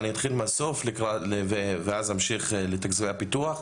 אני אתחיל מהסוף ואז אמשיך לתקציבי הפיתוח,